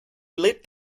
lit